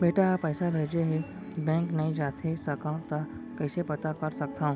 बेटा ह पइसा भेजे हे बैंक नई जाथे सकंव त कइसे पता कर सकथव?